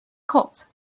colt